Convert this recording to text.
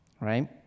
Right